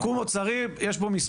סיכום אוצרי, יש בו מספר.